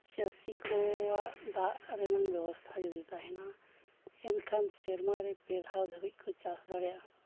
ᱪᱟᱹᱥᱤ ᱠᱚᱣᱟᱜ ᱫᱟᱜ ᱨᱮᱱᱟᱜ ᱵᱮᱵᱚᱥᱛᱷᱟ ᱡᱩᱫᱤ ᱛᱟᱦᱮᱱᱟ ᱮᱱᱠᱷᱟᱱ ᱥᱮᱨᱢᱟᱨᱮ ᱯᱮ ᱫᱷᱟᱣ ᱫᱷᱟᱹᱵᱤᱡᱽ ᱠᱚ ᱪᱟᱥ ᱫᱟᱲᱮᱭᱟᱜᱼᱟ